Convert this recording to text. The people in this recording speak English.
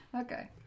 Okay